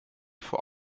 vor